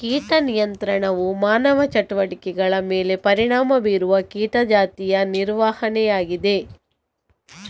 ಕೀಟ ನಿಯಂತ್ರಣವು ಮಾನವ ಚಟುವಟಿಕೆಗಳ ಮೇಲೆ ಪರಿಣಾಮ ಬೀರುವ ಕೀಟ ಜಾತಿಯ ನಿರ್ವಹಣೆಯಾಗಿದೆ